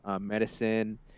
medicine